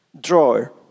drawer